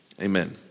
Amen